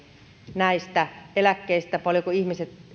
näistä eläkkeistä paljonko ihmiset